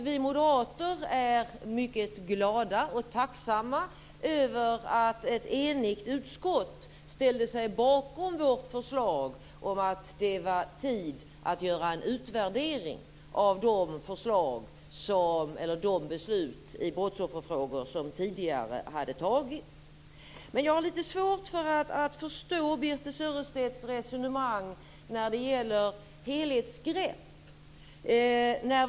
Vi moderater är mycket glada och tacksamma över att en enigt utskott ställde sig bakom vårt förslag om att det var tid att göra en utvärdering av de beslut i brottsofferfrågor som tidigare hade fattats. Men jag har litet svårt att förstå Birthe Sörestedts resonemang när det gäller helhetsgrepp.